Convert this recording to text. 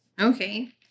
Okay